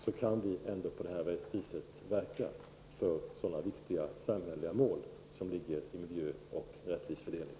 Vi kan ändå på detta vis verka för sådana viktiga samhälleliga mål som en god miljö och rättvis fördelning.